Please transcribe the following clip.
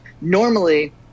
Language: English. Normally